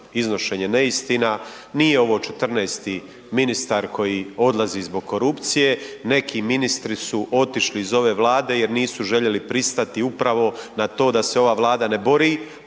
iznošenje neistina, nije ovo 14 ministar koji odlazi zbog korupcije neki ministri su otišli iz ove Vlade jer nisu željeli pristati upravo na to da se ova Vlada ne bori